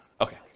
Okay